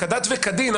כדת וכדין,